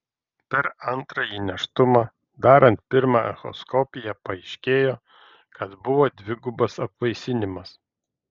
per antrąjį nėštumą darant pirmą echoskopiją paaiškėjo kad buvo dvigubas apvaisinimas